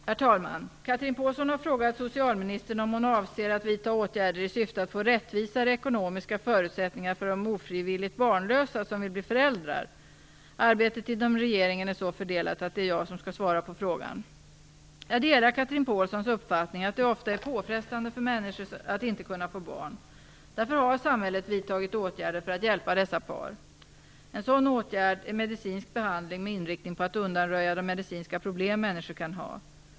Herr talman! Chatrine Pålsson har frågat socialministern om hon avser att vidta åtgärder i syfte att få rättvisare ekonomiska förutsättningar för de ofrivilligt barnlösa som vill bli föräldrar. Arbetet inom regeringen är så fördelat att det är jag som skall svara på frågan. Jag delar Chatrine Pålssons uppfattning att det ofta är påfrestande för människor att inte kunna få barn. Därför har samhället vidtagit åtgärder för att hjälpa dessa par. En sådan åtgärd är medicinsk behandling med inriktning på att undanröja de medicinska problem människor kan ha.